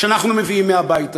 שאנחנו מביאים מהבית הזה,